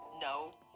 no